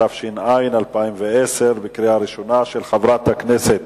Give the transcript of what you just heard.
התש"ע 2010, של חברת הכנסת